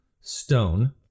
Stone